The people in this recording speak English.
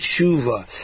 tshuva